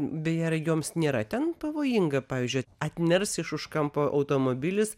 beje ar joms nėra ten pavojinga pavyzdžiui at atners iš už kampo automobilis